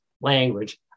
language